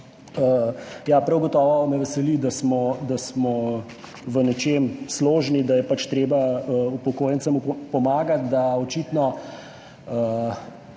Prav gotovo me veseli, da smo v nečem složni, da je pač treba upokojencem pomagati, da očitno